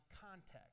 context